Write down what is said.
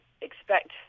expect